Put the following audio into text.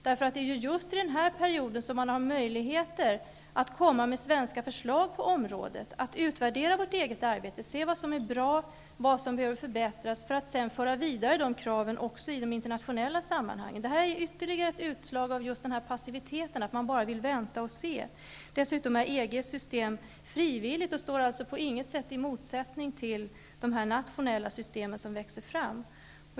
Det är just under denna period som man har möjligheter att komma med svenska förslag på området, utvärdera vårt eget arbete, se vad som är bra och vad som behöver förbättras, för att sedan föra de kraven vidare i de internationella sammanhangen. Detta är ytterligare ett utslag av passivitet, att man bara vill vänta och se. Dessutom är EG:s system frivilligt och står alltså på inget sätt i motsättning till de nationella system som växer fram.